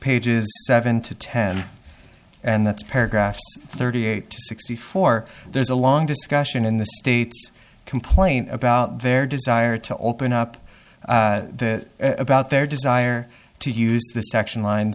pages seven to ten and that's paragraph thirty eight sixty four there's a long discussion in the states complaint about their desire to open up about their desire to use the section line